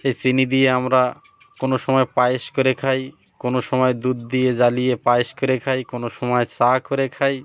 সে চিনি দিয়ে আমরা কোনো সময় পায়েস করে খাই কোনো সময় দুধ দিয়ে জ্বালিয়ে পায়েস করে খাই কোনো সময় চা করে খাই